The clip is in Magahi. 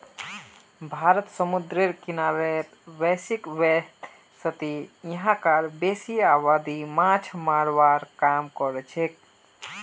भारत समूंदरेर किनारित छेक वैदसती यहां कार बेसी आबादी माछ पकड़वार काम करछेक